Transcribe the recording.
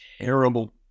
terrible